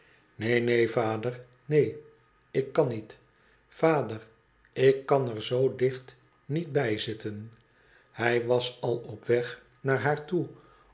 ineen neen vader neen i ik kan niet vader i ik kan er zoo dicht niet bij zitten hij was al op weg naar haar toe